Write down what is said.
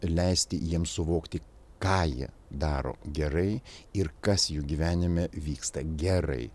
leisti jiems suvokti ką jie daro gerai ir kas jų gyvenime vyksta gerai